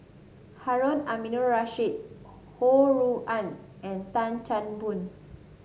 Harun Aminurrashid Ho Rui An and Tan Chan Boon